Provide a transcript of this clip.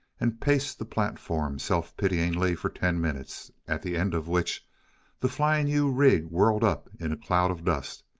and paced the platform self-pityingly for ten minutes, at the end of which the flying u rig whirled up in a cloud of dust,